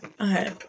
okay